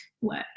work